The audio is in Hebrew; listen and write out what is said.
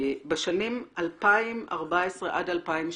בשנים 2014 2017"